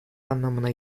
anlamına